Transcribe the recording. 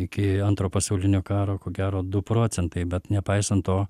iki antro pasaulinio karo ko gero du procentai bet nepaisant to